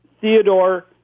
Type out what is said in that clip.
theodore